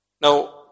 Now